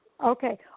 Okay